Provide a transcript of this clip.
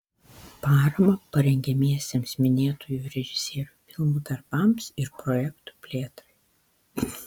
paramą parengiamiesiems minėtųjų režisierių filmų darbams ir projektų plėtrai